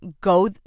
go